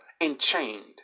enchained